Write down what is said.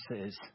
says